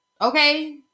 okay